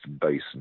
basin